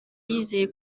yizeye